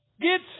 Get